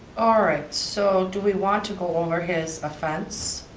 alright, so do we want to go over his offense?